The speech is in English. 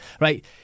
right